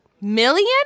million